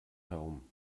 herum